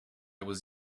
was